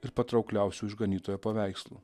ir patraukliausių išganytojo paveikslų